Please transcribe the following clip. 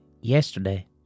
yesterday